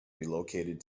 relocated